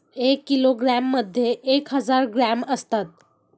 एक किलोग्रॅममध्ये एक हजार ग्रॅम असतात